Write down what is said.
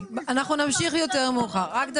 אנחנו --- אני